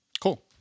Cool